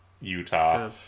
utah